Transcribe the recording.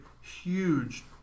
huge